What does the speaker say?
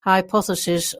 hypothesis